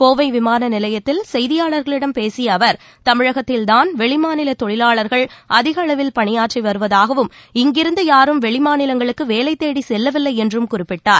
கோவை விமான நிலையத்தில் செய்தியாளர்களிடம் பேசிய அவர் தமிழகத்தில்தான் வெளிமாநிலத் தொழிலாளர்கள் அதிக அளவில் பணியாற்றி வருவதாகவும் இங்கிருந்து யாரும் வெளிமாநிலங்களுக்கு வேலை தேடி செல்லவில்லை என்றும் குறிப்பிட்டார்